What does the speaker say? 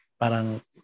parang